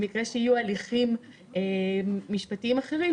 למקרה שיהיו הליכים משפטיים אחרים,